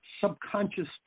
subconscious